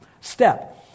step